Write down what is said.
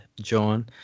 John